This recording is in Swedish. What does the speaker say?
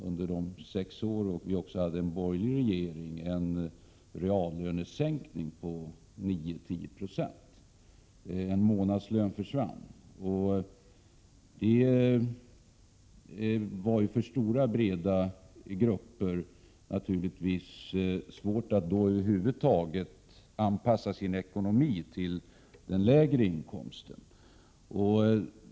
Under de sex borgerliga regeringsåren hade vi en reallönesänkning på 9—10 26 — en månadslön försvann. Det var då naturligtvis svårt för stora grupper att över huvud taget anpassa sin ekonomi till den lägre inkomsten.